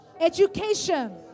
Education